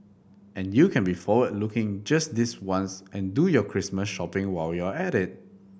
and you can be forward looking just this once and do your Christmas shopping while you're at it